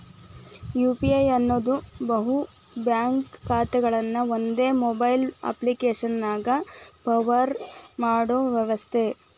UPI ಅನ್ನೋದ್ ಬಹು bank ಖಾತೆಗಳನ್ನ ಒಂದೇ ಮೊಬೈಲ್ ಅಪ್ಪ್ಲಿಕೆಶನ್ಯಾಗ ಪವರ್ ಮಾಡೋ ವ್ಯವಸ್ಥೆ